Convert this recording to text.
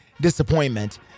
disappointment